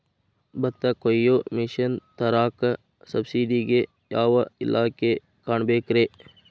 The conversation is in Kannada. ಭತ್ತ ಕೊಯ್ಯ ಮಿಷನ್ ತರಾಕ ಸಬ್ಸಿಡಿಗೆ ಯಾವ ಇಲಾಖೆ ಕಾಣಬೇಕ್ರೇ?